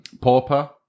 pauper